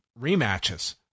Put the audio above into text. rematches